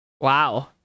Wow